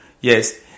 Yes